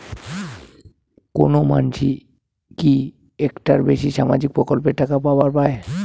কোনো মানসি কি একটার বেশি সামাজিক প্রকল্পের টাকা পাবার পারে?